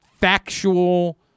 factual